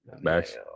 Max